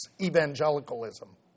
evangelicalism